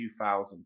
2000